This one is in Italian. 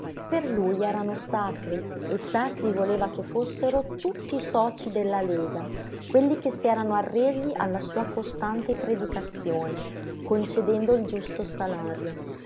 per lui erano sacri e sacri voleva che fossero tutti i socii della lega quelli che si erano arresi alla sua costante predicazione concedendo il giusto salario